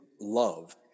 love